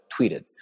tweeted